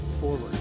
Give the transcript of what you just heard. forward